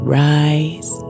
rise